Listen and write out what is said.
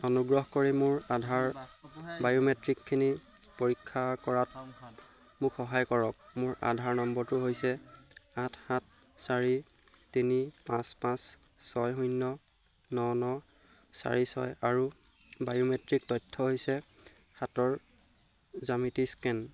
অনুগ্ৰহ কৰি মোৰ আধাৰ বায়'মেট্ৰিকখিনি পৰীক্ষা কৰাত মোক সহায় কৰক মোৰ আধাৰ নম্বৰটো হৈছে আঠ সাত চাৰি তিনি পাঁচ পাঁচ ছয় শূণ্য ন ন চাৰি ছয় আৰু বায়'মেট্ৰিক তথ্য হৈছে হাতৰ জ্যামিতি স্কেন